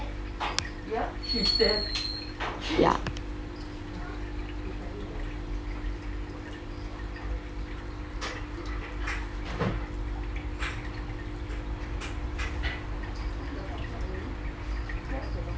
ya